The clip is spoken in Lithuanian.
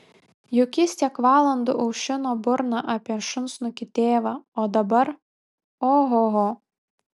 juk jis tiek valandų aušino burną apie šunsnukį tėvą o dabar ohoho